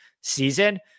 season